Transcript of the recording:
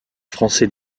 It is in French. français